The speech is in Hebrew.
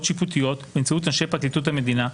שיפוטיות באמצעות אנשי פרקליטות המדינה,